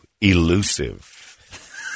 elusive